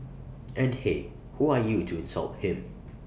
and hey who are you to insult him